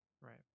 Right